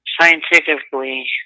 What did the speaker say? scientifically